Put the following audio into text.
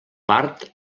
part